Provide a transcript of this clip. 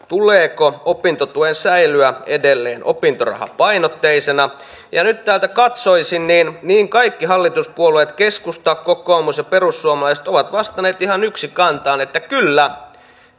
tuleeko opintotuen säilyä edelleen opintorahapainotteisena ja nyt täältä katsoisin että kaikki hallituspuolueet keskusta kokoomus ja perussuomalaiset ovat vastanneet ihan yksikantaan kyllä